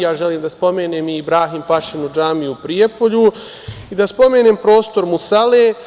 Ja želim da spomenem i Ibrahim pašinu džamiju u Prijepolju i da spomenem prostor musale.